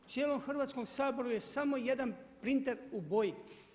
U cijelom Hrvatskom saboru je samo jedan printer u boji.